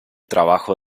trabajo